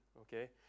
okay